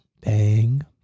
bang